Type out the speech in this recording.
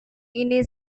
ini